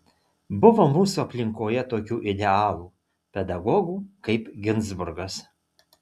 buvo ir mūsų aplinkoje tokių idealų pedagogų kaip ginzburgas